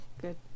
good